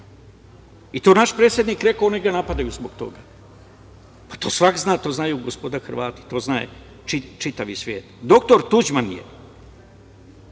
I to je naš predsednik rekao i oni ga napadaju zbog toga. Pa, to svako zna, to znaju gospoda Hrvati, to zna čitav svet. Doktor Tuđman je